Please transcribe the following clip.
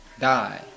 die